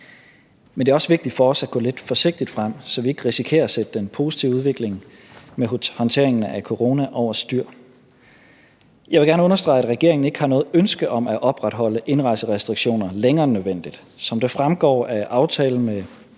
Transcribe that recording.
Men det er også vigtigt for os at gå lidt forsigtigt frem, så vi ikke risikerer at sætte den positive udvikling med håndteringen af corona over styr. Jeg vil gerne understrege, at regeringen ikke har noget ønske om at opretholde indrejserestriktioner længere end nødvendigt. Som det fremgår af aftalen med